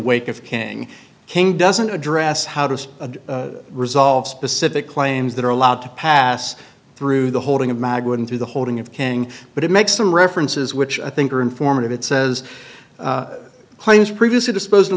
wake of king king doesn't address how to resolve specific claims that are allowed to pass through the holding of mag wouldn't do the holding of king but it makes some references which i think are informative it says claims previously dispos